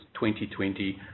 2020